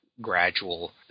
gradual